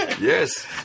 Yes